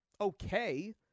okay